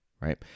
right